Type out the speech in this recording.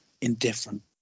Indifferent